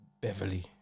Beverly